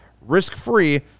risk-free